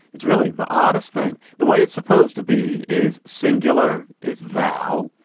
it's really the oddest thing the way it's supposed to be is singular is thou.